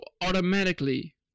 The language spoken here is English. automatically